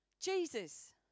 Jesus